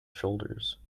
shoulders